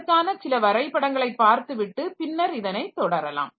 இதற்கான சில வரைபடங்களை பார்த்துவிட்டு பின்னர் இதனை தொடரலாம்